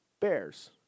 bears